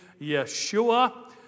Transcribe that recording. Yeshua